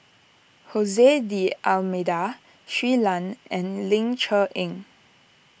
Jose D'Almeida Shui Lan and Ling Cher Eng